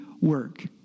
work